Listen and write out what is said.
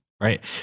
Right